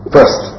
First